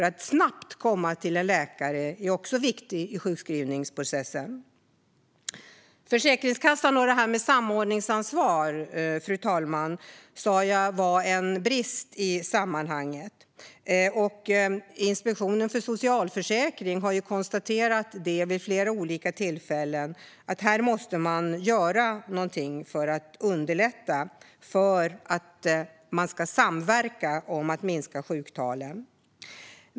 Att snabbt komma till en läkare är också viktigt i sjukskrivningsprocessen. Fru talman! Jag sa att Försäkringskassan och dess samordningsansvar var en brist i sammanhanget. Inspektionen för socialförsäkringen har vid flera olika tillfällen konstaterat att man måste göra något för att underlätta det hela. Man måste samverka om att minska sjuktalen.